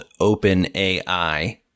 OpenAI